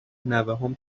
نوهام